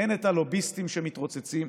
אין את הלוביסטים שמתרוצצים.